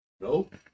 Nope